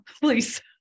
please